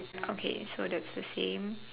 okay so that's the same